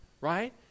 right